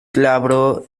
glabro